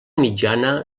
mitjana